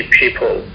people